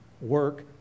work